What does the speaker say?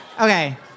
Okay